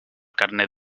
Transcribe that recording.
carnet